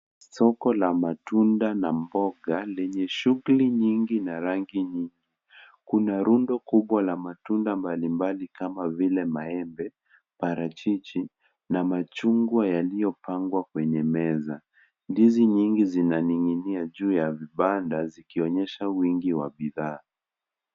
Soko la matunda na mboga lenye shughuli nyingi na rangi nyingi. Kuna rundo kubwa la matunda mbalimbali kama vile maembe, parachichi na machungwa yaliyopangwa kwenye meza. Ndizi nyingi zinaning'inia juu ya vibanda zikionyesha wingi wa bidhaa.